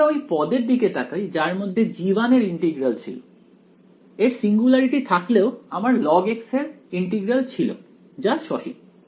যখন আমরা ওই পদের দিকে তাকাই যার মধ্যে g1 এর ইন্টিগ্রাল ছিল এর সিঙ্গুলারিটি থাকলেও আমার log x এর ইন্টিগ্রাল ছিল যা সসীম